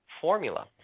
formula